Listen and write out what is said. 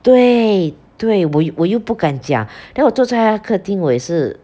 对对我又我又不敢讲 then 我坐在她客厅我也是